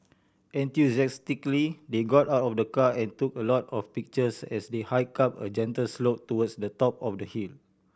enthusiastically they got out of the car and took a lot of pictures as they hike up a gentle slope towards the top of the hill